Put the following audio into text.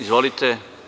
Izvolite.